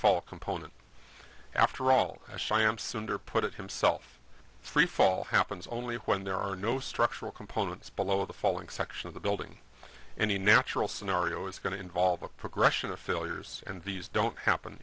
fall component after all as shyam sunder put it himself free fall happens only when there are no structural components below the falling section of the building any natural scenario is going to involve a progression of failures and these don't happen